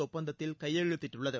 ஒப்பந்தத்தில் கையெழுத்திட்டுள்ளது